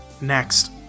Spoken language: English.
Next